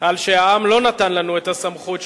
על שהעם לא נתן לנו את הסמכות שביקשנו,